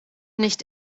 nicht